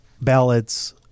ballads